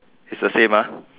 it's the same ah